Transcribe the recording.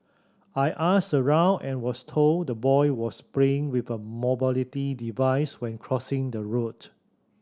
I asked around and was told the boy was playing with a mobility device when crossing the road